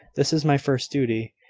this is my first duty,